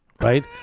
right